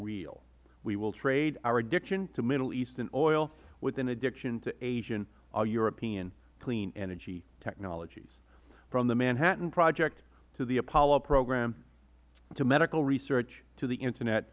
real we will trade our addiction to middle eastern oil with an addiction to asian or european clean energy technologies from the manhattan project to the apollo program to medical research to the internet